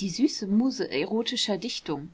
die süße muse erotischer dichtung